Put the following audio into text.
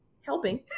helping